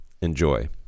Enjoy